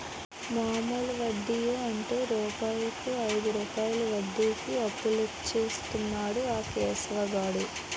మామూలు వడ్డియే అంటు రూపాయికు ఐదు రూపాయలు వడ్డీకి అప్పులిస్తన్నాడు ఆ కేశవ్ గాడు